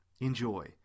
Enjoy